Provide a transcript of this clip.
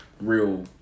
real